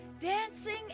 dancing